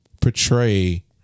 portray